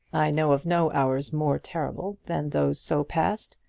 i know of no hours more terrible than those so passed.